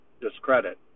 discredit